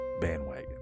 bandwagon